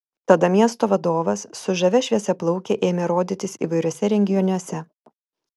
tada miesto vadovas su žavia šviesiaplauke ėmė rodytis įvairiuose renginiuose